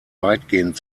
weitgehend